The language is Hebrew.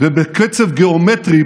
ובקצב גיאומטרי,